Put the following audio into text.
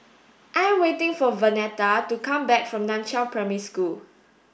I am waiting for Vernetta to come back from Nan Chiau Primary School